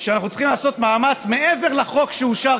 שאנחנו צריכים לעשות מאמץ מעבר לחוק שאושר